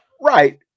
Right